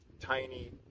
tiny